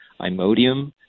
Imodium